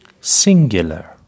Singular